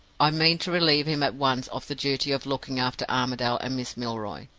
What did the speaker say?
i mean to relieve him at once of the duty of looking after armadale and miss milroy.